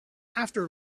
after